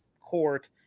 court